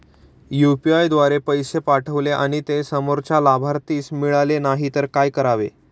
UPI द्वारे पैसे पाठवले आणि ते समोरच्या लाभार्थीस मिळाले नाही तर काय करावे?